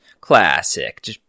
Classic